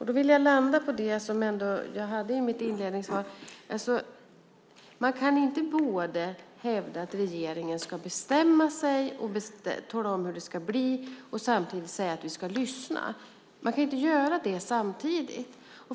Jag vill landa på det som jag inledningsvis sade i mitt svar, att man inte både kan hävda att regeringen ska bestämma sig och tala om hur det ska bli och säga att vi ska lyssna. Vi kan inte göra det samtidigt.